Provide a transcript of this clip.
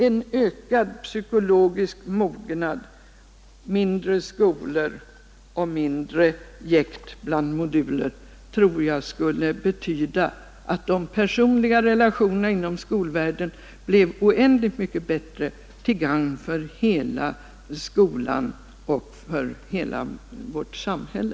En ökad psykologisk mognad, mindre skolor och mindre jäkt mellan moduler tror jag skulle betyda att de personliga relationerna inom skolvärlden blev oändligt mycket bättre till gagn för skolan och för hela vårt samhälle.